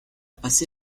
passé